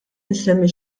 insemmi